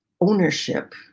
ownership